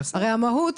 הרי המהות,